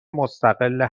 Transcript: مستقل